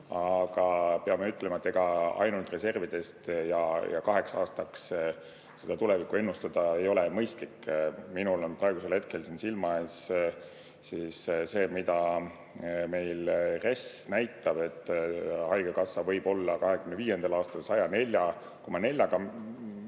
Aga peame ütlema, et ega ainult reservidest ja kaheks aastaks seda tulevikku ennustada ei ole mõistlik. Minul on praegusel hetkel siin silma ees see, mida meil RES näitab, et haigekassa võib olla 2025. aastal 104,4